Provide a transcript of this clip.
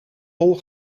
hol